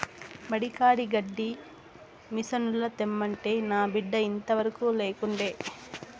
మడి కాడి గడ్డి మిసనుల తెమ్మంటే నా బిడ్డ ఇంతవరకూ లేకుండే